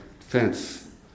fence